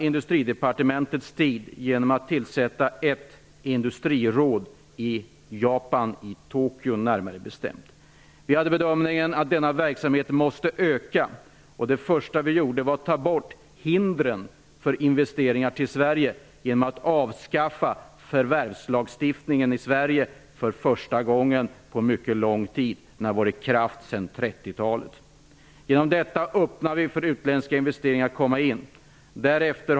Industridepartementets tid genom att ett industriråd tillsattes i Japan -- närmare bestämt i Tokyo. Vi gjorde bedömningen att denna verksamhet måste öka. Det första vi gjorde var att ta bort hindren för investeringar i Sverige genom att avskaffa förvärvslagstiftningen. Den hade varit i kraft under mycket lång tid -- sedan 1930-talet. Genom detta öppnar vi landet för utländska investeringar.